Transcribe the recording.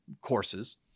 courses